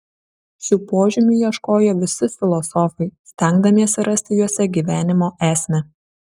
šių požymių ieškojo visi filosofai stengdamiesi rasti juose gyvenimo esmę